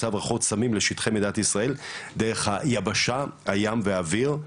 הברחות סמים לשטחי מדינת ישראל דרך היבשה הים והאוויר.